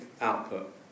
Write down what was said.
output